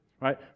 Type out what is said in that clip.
right